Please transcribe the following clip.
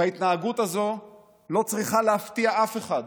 ההתנהגות הזו לא צריכה להפתיע אף אחד.